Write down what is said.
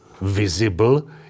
visible